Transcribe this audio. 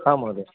हा महोदय